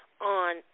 on